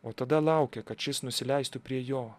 o tada laukia kad šis nusileistų prie jo